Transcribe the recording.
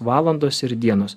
valandos ir dienos